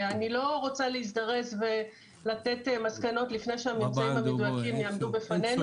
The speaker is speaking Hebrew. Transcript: אני לא רוצה להזדרז ולתת מסקנות לפני שהממצאים המדויקים יעמדו בפנינו.